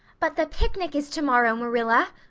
but the picnic is tomorrow, marilla,